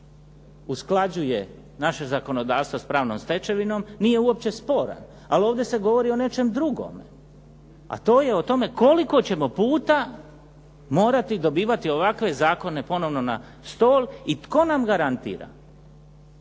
usklađuje naše zakonodavstvo sa pravnom stečevinom, nije uopće sporan. Ali ovdje se govori o nečemu drugome. A to je o tome koliko ćemo puta morati dobivati ovakve zakona ponovno na stol? I tko nam garantira